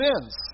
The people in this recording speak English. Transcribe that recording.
sins